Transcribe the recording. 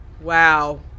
wow